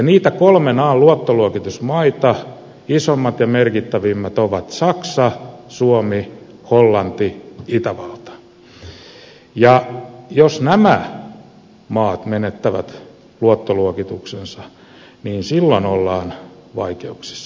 niistä kolmen an luottoluokitusmaista isoimmat ja merkittävimmät ovat saksa suomi hollanti itävalta ja jos nämä maat menettävät luottoluokituksensa niin silloin ollaan vaikeuksissa